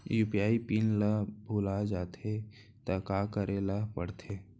UPI PIN ल भुला जाथे त का करे ल पढ़थे?